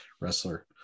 wrestler